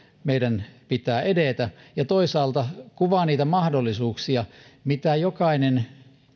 pitää edetä ja toisaalta kuvaa niitä mahdollisuuksia mitä jokainen